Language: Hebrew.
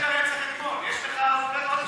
תגנה את הרצח אתמול, יש לך עוד 20 שניות.